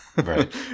Right